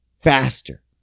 faster